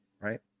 right